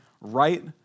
right